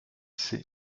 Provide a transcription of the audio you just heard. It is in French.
sait